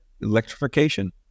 electrification